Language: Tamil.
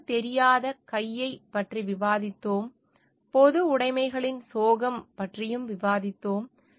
கண்ணுக்குத் தெரியாத கையைப் பற்றி விவாதித்தோம் பொதுவுடமைகளின் சோகம் பற்றியும் விவாதித்தோம்